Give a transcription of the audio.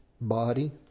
body